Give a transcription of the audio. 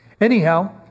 Anyhow